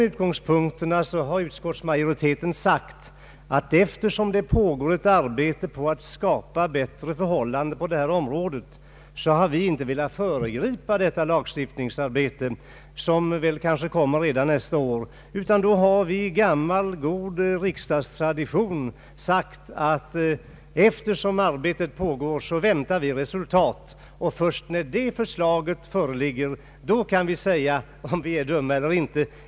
Utskottsmajoriteten har sagt att vi inte har velat föregripa detta lagstiftningsarbete, som kanske blir färdigt redan nästa år. Vi har i gammal god riksdagstradition sagt att vi väntar på resultatet av det pågående arbetet för att skapa bättre förhållanden på detta område. Först när förslaget föreligger kan vi säga om vi är dumma eller inte.